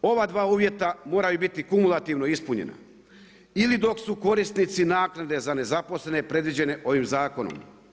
Ova dva uvjeta moraju biti kumulativno ispunjena ili dok su korisnici naknade za nezaposlene predviđene ovim zakonom.